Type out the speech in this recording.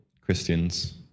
Christians